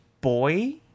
boy